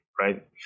right